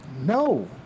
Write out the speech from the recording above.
no